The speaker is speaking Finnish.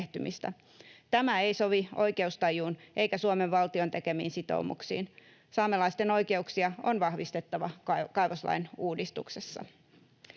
Tämä ei sovi oikeustajuun eikä Suomen valtion tekemiin sitoumuksiin. Saamelaisten oikeuksia on vahvistettava kaivoslain uudistuksessa.